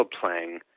playing